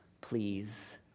please